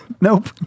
Nope